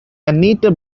anita